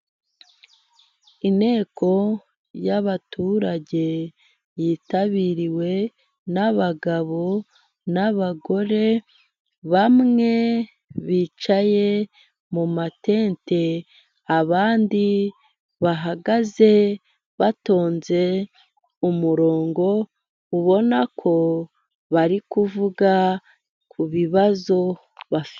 Inteko y'ababaturage yitabiriwe n'abagabo n'abagore, bamwe bicaye mu matente, abandi bahagaze batonze umurongo, ubona ko bari kuvuga ku bibazo bafite.